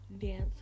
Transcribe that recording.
dance